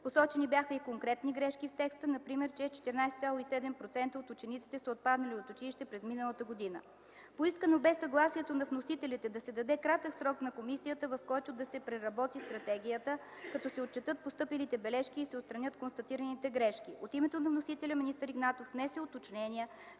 Посочени бяха и конкретни грешки в текста, например че 14,7% от учениците са отпаднали от училище през миналата година. Поискано бе съгласието на вносителите да се даде кратък срок на комисията, в който да се преработи стратегията, като се отчетат постъпилите бележки и се отстранят констатираните грешки. От името на вносителя министър Игнатов внесе уточнения,